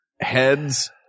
heads